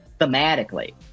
thematically